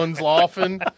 laughing